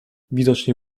widocznie